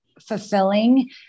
fulfilling